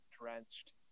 drenched